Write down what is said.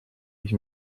ich